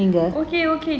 okay okay